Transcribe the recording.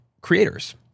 creators